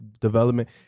development